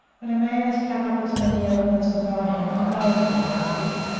when a man has cut up as many elephants as i have he knows where the heart is.